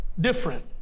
different